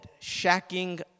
shacking